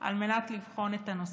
על מנת לבחון את הנושא.